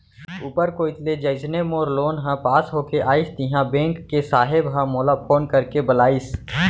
ऊपर कोइत ले जइसने मोर लोन ह पास होके आइस तिहॉं बेंक के साहेब ह मोला फोन करके बलाइस